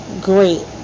great